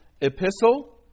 epistle